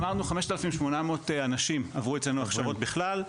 אמרנו 5,800 אנשים עברו אצלנו הכשרות בכלל.